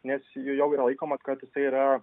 nes jau yra laikoma kad jisai yra